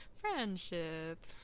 Friendship